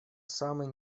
самый